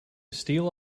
steal